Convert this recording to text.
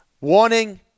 Warning